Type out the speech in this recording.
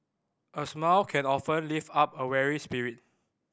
a smile can often lift up a weary spirit